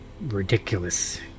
ridiculous